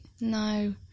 no